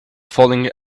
falling